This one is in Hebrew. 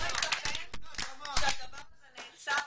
לא ייתכן שהדבר הזה נעצר